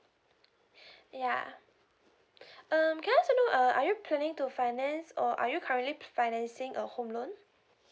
ya um can I also know uh are you planning to finance or are you currently pe~ financing a home loan